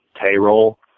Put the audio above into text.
Payroll